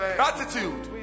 gratitude